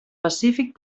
pacífic